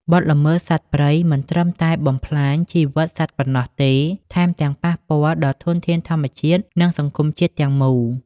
បទល្មើសសត្វព្រៃមិនត្រឹមតែបំផ្លាញជីវិតសត្វប៉ុណ្ណោះទេ ថែមទាំងប៉ះពាល់ដល់ធនធានធម្មជាតិ និងសង្គមជាតិទាំងមូល។